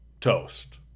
toast